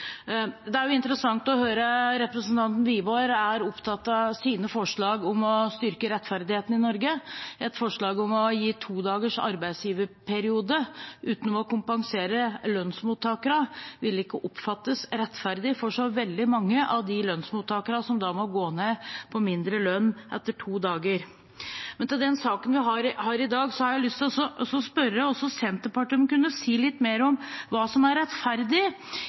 inn. Det er interessant å høre at representanten Wiborg er opptatt av sine forslag om å styrke rettferdigheten i Norge. Et forslag om å gi todagers arbeidsgiverperiode uten å kompensere lønnsmottakerne, vil ikke oppfattes rettferdig for så veldig mange av de lønnsmottakerne som må gå ned på mindre lønn etter to dager. Men i den saken vi har i dag, har jeg lyst til å spørre også Senterpartiet om de kunne si litt mer om hva som er rettferdig.